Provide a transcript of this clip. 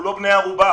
אנו לא בני ערובה.